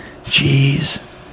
Jeez